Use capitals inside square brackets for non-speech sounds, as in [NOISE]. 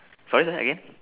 sorry [NOISE] again [NOISE]